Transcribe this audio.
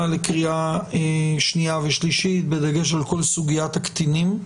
לקריאה שנייה ושלישית בכל סוגית הקטינים.